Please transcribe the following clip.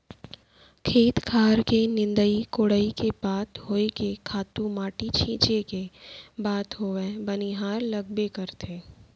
खेत खार के निंदई कोड़ई के बात होय के खातू माटी छींचे के बात होवय बनिहार लगबे करथे